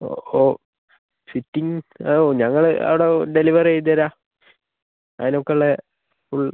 ഓ fitting ഓ ഞങ്ങൾ അവിടെ ഡെലിവർ ചെയ്തുതരാം അതിനൊക്കെയുള്ള ഫുൾ